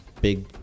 big